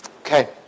Okay